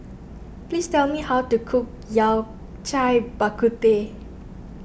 please tell me how to cook Yao Cai Bak Kut Teh